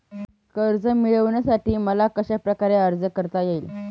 कर्ज मिळविण्यासाठी मला कशाप्रकारे अर्ज करता येईल?